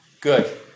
Good